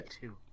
two